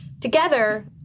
together